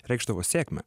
reikšdavo sėkmę